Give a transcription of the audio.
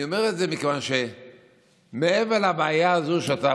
אני אומר את זה מכיוון שמעבר לבעיה הזאת שאתה